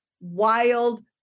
wild